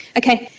okay,